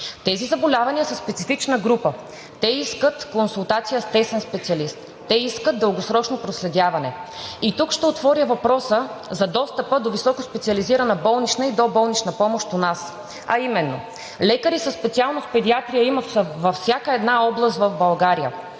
Тези заболявания са специфична група. Те искат консултация с тесен специалист, те искат дългосрочно проследяване. И тук ще отворя въпроса за достъпа до високоспециализирана болнична и доболнична помощ у нас, а именно – лекари със специалност „Педиатрия“ има във всяка една област в България,